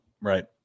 Right